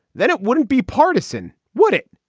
then it wouldn't be partisan, would it?